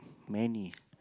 many